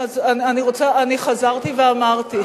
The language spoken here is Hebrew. אני חזרתי ואמרתי.